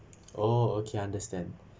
oh okay understand